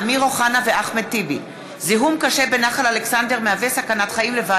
אמיר אוחנה ואחמד טיבי בנושא: אוזלת היד בטיפול ב-14 בתים שנשרפו בצפת,